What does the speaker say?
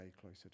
closer